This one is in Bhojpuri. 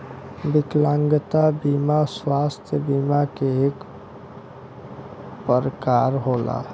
विकलागंता बिमा स्वास्थ बिमा के एक परकार होला